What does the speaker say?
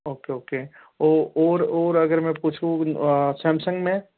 okay okay ओ और और अगर मैं पूछूँ सैमसंग में